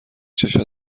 چشات